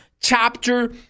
chapter